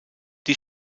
die